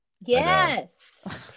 Yes